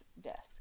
desk